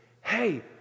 Hey